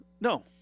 No